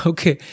Okay